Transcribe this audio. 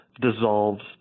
dissolves